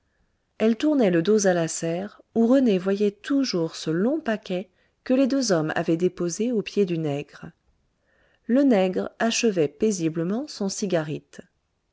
elle tournait le dos à la serre où rené voyait toujours ce long paquet que les deux hommes avaient déposé aux pieds du nègre le nègre achevait paisiblement son cigarite